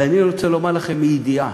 ואני רוצה לומר לכם מידיעה,